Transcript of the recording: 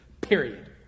period